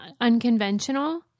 unconventional